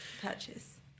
purchase